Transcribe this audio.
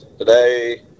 Today